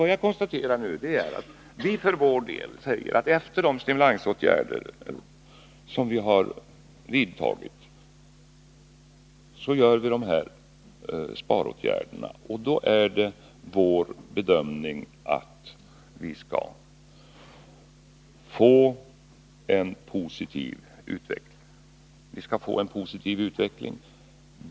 Vad jag konstaterar nu är att efter de stimulansinsatser vi har gjort, vidtar vi nu de här sparåtgärderna. Det är vår bedömning att vi därigenom skall få en positiv utveckling.